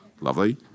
Lovely